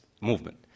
movement